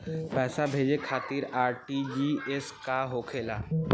पैसा भेजे खातिर आर.टी.जी.एस का होखेला?